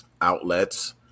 outlets